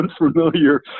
unfamiliar